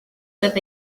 with